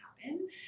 happen